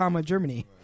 Germany